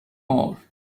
more